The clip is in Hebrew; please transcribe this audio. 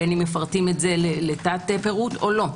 בין אם מפרטים את זה לתת פירוט או לא.